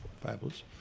fabulous